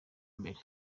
mbere